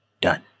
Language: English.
done